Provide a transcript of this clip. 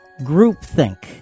Groupthink